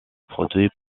produits